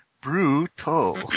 Brutal